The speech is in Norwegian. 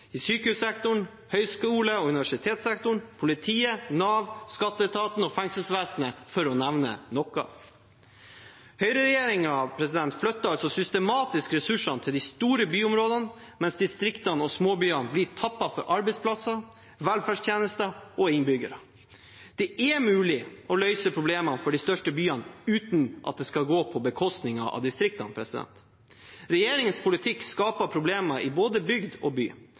sykehussektoren, høyskole- og universitetssektoren, politiet, Nav, skatteetaten og fengselsvesenet, for å nevne noen. Høyreregjeringen flytter systematisk ressursene til de store byområdene, mens distriktene og småbyene blir tappet for arbeidsplasser, velferdstjenester og innbyggere. Det er mulig å løse problemer for de største byene uten at det skal gå på bekostning av distriktene. Regjeringens politikk skaper problemer i både bygd og by